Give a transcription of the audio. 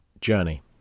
journey